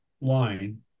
line